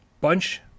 bunch